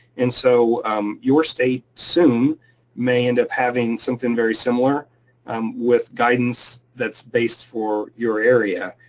and so your state soon may end up having something very similar um with guidance that's based for your area,